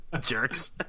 Jerks